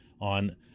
on